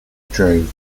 drove